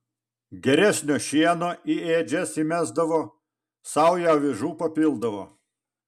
geresnio šieno į ėdžias įmesdavo saują avižų papildavo